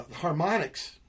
harmonics